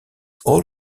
all